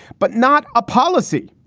but not a policy.